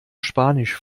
spanisch